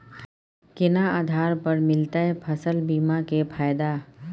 केना आधार पर मिलतै फसल बीमा के फैदा?